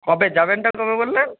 কবে যাবেনটা কবে বললেন